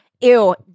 Ew